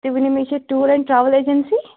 تُہۍ ؤنِو مےٚ یہِ چھا ٹوٗر اینٛڈ ٹرٛاوٕل ایجیٚنسی